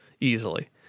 easily